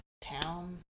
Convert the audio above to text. town